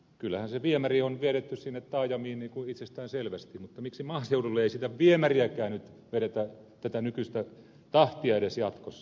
kyllähän se viemäri on vedetty sinne taajamiin itsestäänselvästi mutta miksi maaseudulle ei sitä viemäriäkään nyt vedetä tätä nykyistä tahtia edes jatkossa